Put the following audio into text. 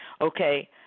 Okay